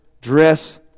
dress